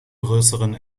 größeren